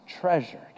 Treasured